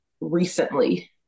recently